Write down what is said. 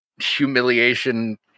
humiliation